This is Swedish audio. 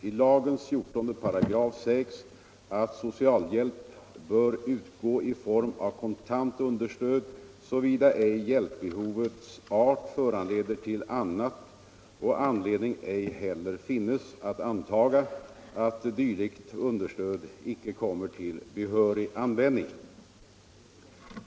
I lagens 14 § sägs att socialhjälp ”bör utgå i form av kontant understöd, såvida ej hjälpbehovets art föranleder till annat och anledning ej heller finnes att antaga, att dylikt understöd icke kommer till behörig användning”.